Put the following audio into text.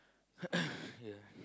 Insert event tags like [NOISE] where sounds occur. [COUGHS] ya